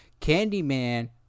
Candyman